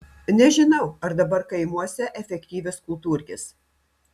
nežinau ar dabar kaimuose efektyvios kultūrkės